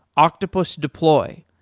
octopus deploy,